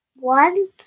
One